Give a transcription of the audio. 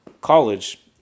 College